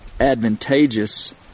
advantageous